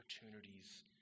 opportunities